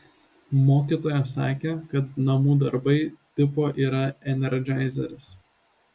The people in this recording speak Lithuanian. mokytoja sakė kad namų darbai tipo yra enerdžaizeris